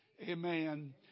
Amen